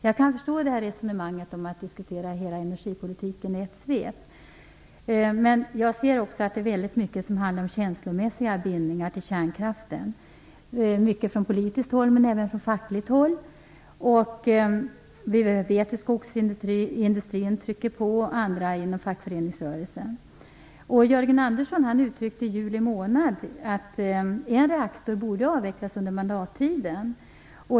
Jag kan förstå resonemanget om att vi skall diskutera hela energipolitiken i ett svep, men jag ser också att det är mycket som handlar om känslomässiga bindningar till kärnkraften, bl.a. från politiskt håll men även från fackligt håll. Vi vet hur skogsindustrin och andra inom fackföreningsrörelsen trycker på. Jörgen Andersson uttryckte i juli månad att en reaktor borde avvecklas under mandattiden.